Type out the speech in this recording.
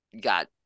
got